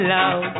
love